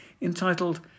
entitled